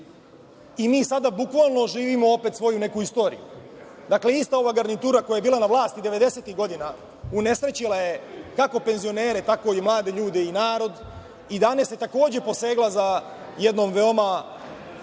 i mi sada bukvalno živimo opet svoju neku istoriju. Dakle, ista ova garnitura koja je bila na vlasti devedesetih godina unesrećila je kako penzionere, tako i mlade ljude i narod i danas je, takođe, posegla za jednom veoma,